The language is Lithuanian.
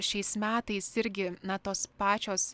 šiais metais irgi na tos pačios